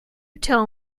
tell